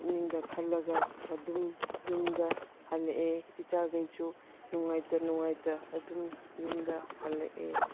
ꯄꯨꯛꯅꯤꯡꯗ ꯈꯜꯂꯒ ꯑꯗꯨꯝ ꯌꯨꯝꯗ ꯍꯜꯂꯛꯑꯦ ꯏꯆꯥꯒꯩꯁꯨ ꯅꯨꯡꯉꯥꯏꯇ ꯅꯨꯡꯉꯥꯏꯇ ꯑꯗꯨꯝ ꯌꯨꯝꯗ ꯍꯜꯂꯛꯑꯦ